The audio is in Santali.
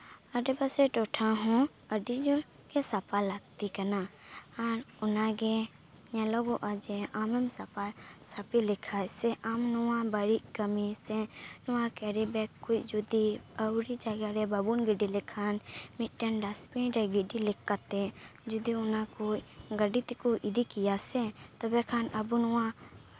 ᱟᱰᱮᱯᱟᱥᱮ ᱴᱚᱴᱷᱟ ᱦᱚᱸ ᱟᱹᱰᱤ ᱡᱳᱨ ᱜᱮ ᱥᱟᱯᱷᱟ ᱞᱟᱹᱠᱛᱤ ᱠᱟᱱᱟ ᱟᱨ ᱚᱱᱟᱜᱮ ᱧᱮᱞᱚᱜᱚᱜᱼᱟ ᱡᱮ ᱟᱢᱮᱢ ᱥᱟᱯᱷᱟᱼᱥᱟᱯᱷᱤ ᱞᱮᱠᱷᱟᱡ ᱥᱮ ᱟᱢ ᱱᱚᱣᱟ ᱵᱟᱹᱲᱤᱡ ᱠᱟᱹᱢᱤ ᱥᱮ ᱱᱚᱣᱟ ᱠᱮᱨᱤᱵᱮᱜᱽ ᱠᱚᱡ ᱡᱚᱫᱤ ᱟᱹᱣᱲᱤ ᱡᱟᱭᱜᱟᱨᱮ ᱵᱟᱵᱚᱱ ᱜᱤᱲᱤ ᱞᱮᱠᱷᱟᱱ ᱢᱤᱫᱴᱮᱱ ᱰᱟᱥᱴᱵᱤᱱᱨᱮ ᱜᱤᱰᱤ ᱠᱟᱛᱮᱫ ᱡᱚᱫᱤ ᱚᱱᱟ ᱠᱚᱡ ᱜᱟᱹᱰᱤ ᱛᱮᱠᱚ ᱤᱫᱤ ᱠᱮᱭᱟ ᱥᱮ ᱛᱚᱵᱮ ᱠᱷᱟᱱ ᱟᱵᱚ ᱱᱚᱣᱟ